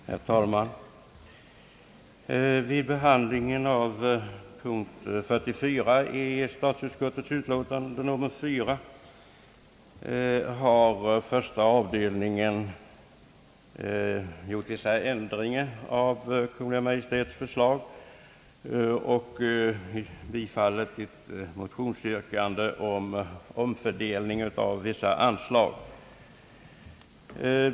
Herr talman! Vid behandlingen av punkt 44 i statsutskottets utlåtande nr 4 har första avdelningen gjort vissa ändringar i Kungl. Maj:ts förslag och bifallit ett motionsyrkande om omfördelning av vissa anslag.